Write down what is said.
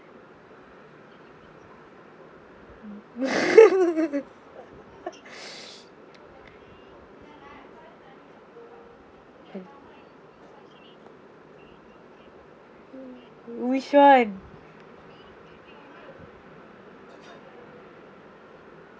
which [one]